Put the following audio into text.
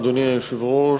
אדוני היושב-ראש,